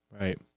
right